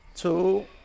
Two